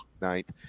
ninth